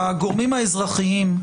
הגורמים האזרחיים,